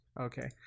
okay